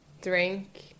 drink